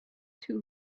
too